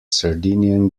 sardinian